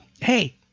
hey